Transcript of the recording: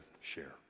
share